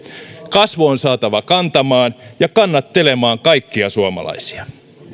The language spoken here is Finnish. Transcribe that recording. kasvu on saatava kantamaan ja kannattelemaan kaikkia suomalaisia